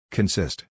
Consist